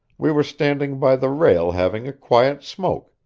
we were standing by the rail having a quiet smoke,